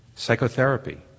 Psychotherapy